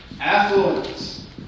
affluence